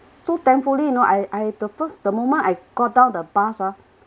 so thankfully you know I I the f~ the moment I got down the bus ah